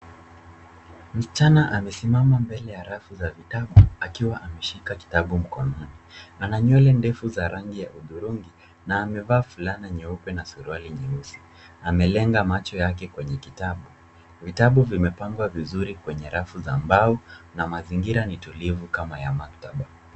Msichana amesimama mbele ya rafu za vitabu akiwa ameshika kitabu mkononi. Ana nywele ndefu za rangi ya hudhurungi na amevaa fulana nyeupe na suruali nyeusi. amelenga macho yake kwenye kitabu. Vitabu vimepangwa vizuri kwenye rafu za mbao na mazingira ni tulivu kama ya maktaba.